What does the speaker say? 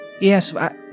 yes